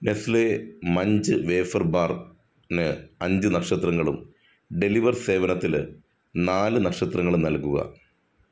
Nestle Munch wafer bar ന് അഞ്ച് നക്ഷത്രങ്ങളും ഡെലിവർ സേവനത്തിന് നാല് നക്ഷത്രങ്ങളും നൽകുക